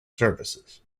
services